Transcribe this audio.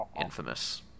Infamous